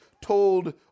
told